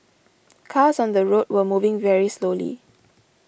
cars on the road were moving very slowly